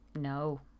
no